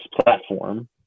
platform